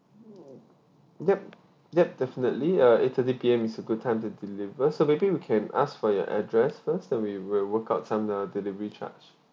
yup yup definitely uh eight thirty P_M is a good time to deliver so maybe we can ask for your address first then we will work out some uh delivery charge